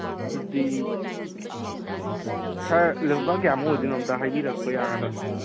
ꯑꯗꯨꯗꯤ ꯁꯥꯔ ꯂꯨꯄꯥ ꯀꯌꯥꯃꯨꯛ ꯑꯣꯏꯗꯣꯏꯅꯣ ꯑꯝꯇ ꯍꯥꯏꯕꯤꯔꯛꯄ ꯌꯥꯒꯗ꯭ꯔꯥ